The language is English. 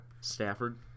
Stafford